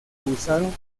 usaron